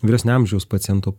vyresnio amžiaus pacientų